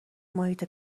محیط